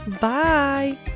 Bye